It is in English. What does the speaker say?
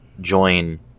join